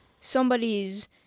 somebody's